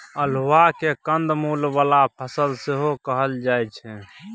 अल्हुआ केँ कंद मुल बला फसल सेहो कहल जाइ छै